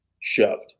shoved